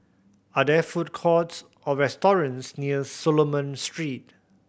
are there food courts or restaurants near Solomon Street